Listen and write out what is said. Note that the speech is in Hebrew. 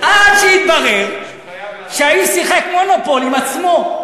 עד שהתברר שהאיש שיחק "מונופול" עם עצמו.